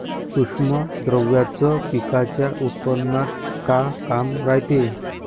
सूक्ष्म द्रव्याचं पिकाच्या उत्पन्नात का काम रायते?